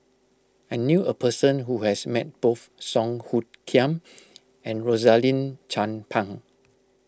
I knew a person who has met both Song Hoot Kiam and Rosaline Chan Pang